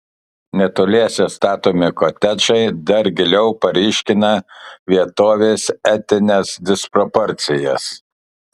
netoliese statomi kotedžai dar giliau paryškina vietovės etines disproporcijas